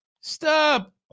Stop